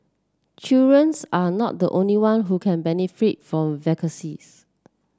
children's are not the only one who can benefit from vaccines